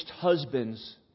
husbands